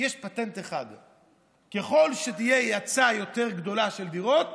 יש פטנט אחד: ככל שיהיה היצע יותר גדול של דירות,